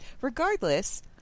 regardless